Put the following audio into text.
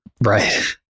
right